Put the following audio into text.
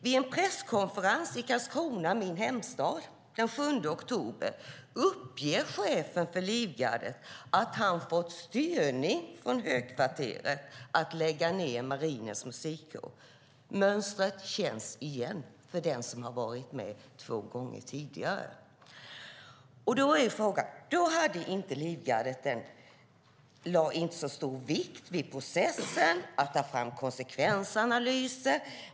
Vid en presskonferens i min hemstad Karlskrona den 7 oktober uppgav chefen för Livgardet att han fått styrning från Högkvarteret gällande att lägga ned Marinens Musikkår. Mönstret känns igen av den som har varit med två gånger tidigare. Livgardet lade inte så stor vikt vid processen med att ta fram konsekvensanalyser.